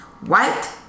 white